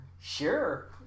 Sure